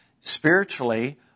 spiritually